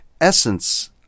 essence